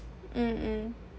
mmhmm